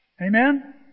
Amen